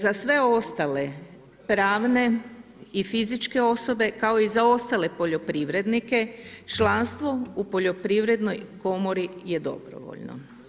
Za sve ostale pravne i fizičke osobe, kao i za ostale poljoprivrednike, članstvo u Poljoprivrednoj komori je dobrovoljno.